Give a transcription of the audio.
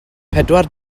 pedwar